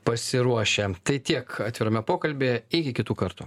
pasiruošę tai tiek atvirame pokalbyje iki kitų kartų